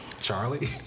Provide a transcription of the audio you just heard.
Charlie